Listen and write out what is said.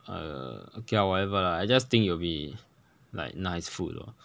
uh okay lah whatever lah I just think it'll be like nice food lor